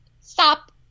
stop